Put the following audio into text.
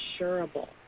insurable